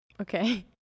Okay